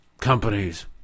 companies